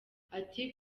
ati